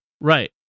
Right